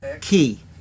key